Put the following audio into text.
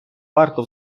варто